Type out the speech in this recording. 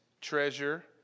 treasure